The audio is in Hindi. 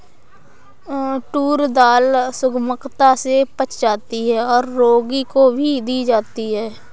टूर दाल सुगमता से पच जाती है और रोगी को भी दी जाती है